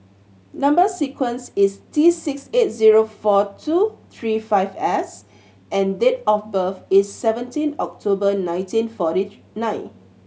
number sequence is T six eight zero four two three five S and date of birth is seventeen October nineteen forty nine